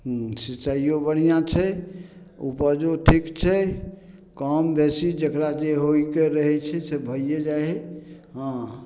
सिचाइयो बढ़िआँ छै उपजो ठीक छै कम बेसी जकरा जे होइ के रहय छै से भइए जाइ हए हँ